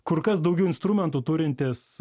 kur kas daugiau instrumentų turintys